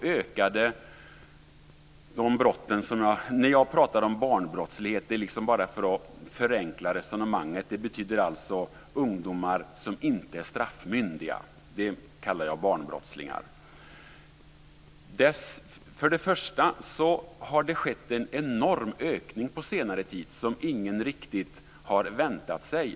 För att förenkla resonemanget vill jag säga att jag talar om barnbrottslingar när det gäller ungdomar som inte är straffmyndiga. Det har först och främst på senare tid skett en enorm ökning som ingen riktigt har väntat sig.